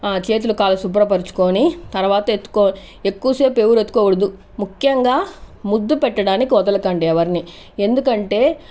ఆ చేతులు కాళ్లు శుభ్రపరచుకుని తర్వాత ఎత్తుకుని ఎక్కువసేపు ఎవరు ఎత్తుకోకూడదు ముఖ్యంగా ముద్దు పెట్టడానికి వదలకండి ఎవరిని ఎందుకంటే